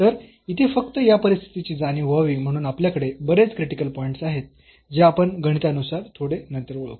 तर इथे फक्त या परिस्थितीची जाणीव व्हावी म्हणून आपल्याकडे बरेच क्रिटिकल पॉईंट्स आहेत जे आपण गणितानुसार थोडे नंतर ओळखू